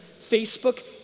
Facebook